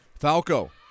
Falco